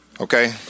Okay